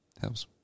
helps